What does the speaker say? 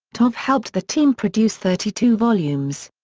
tov helped the team produce thirty two volumes.